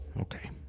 Okay